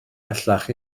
bellach